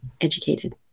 educated